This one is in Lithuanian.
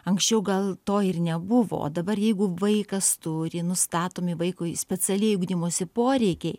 anksčiau gal to ir nebuvo o dabar jeigu vaikas turi nustatomi vaikui specialieji ugdymosi poreikiai